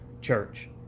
church